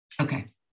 Okay